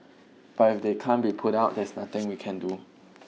but if they can't be put out there's nothing we can do